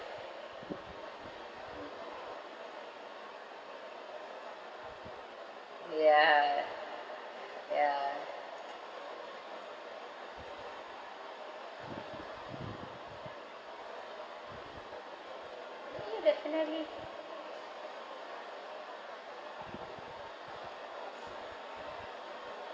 ya ya !ee! definitely